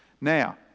Now